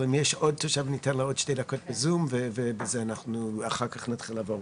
אבל אם יש עוד תושב ניתן לו עוד שתי דקות בזום ואחר כך נתחיל לעבור.